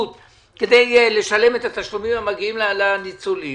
כדי לשלם את התשלומים המגיעים לניצולים.